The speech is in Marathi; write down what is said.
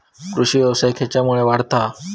कृषीव्यवसाय खेच्यामुळे वाढता हा?